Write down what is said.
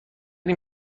این